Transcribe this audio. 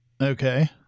okay